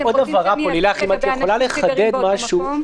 אני אסביר לגבי אנשים שגרים באותו מקום.